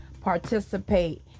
participate